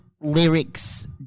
lyrics